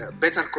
better